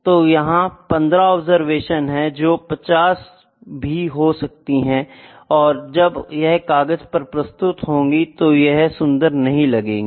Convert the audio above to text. तो यहाँ 15 ऑब्सेर्वशन्स है जोकि 50 भी हो सकती है और जब यह कागज़ पर प्रस्तुत होगी तो यह सुन्दर नहीं लगेगी